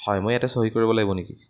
হয় মই ইয়াতে চহী কৰিব লাগিব নেকি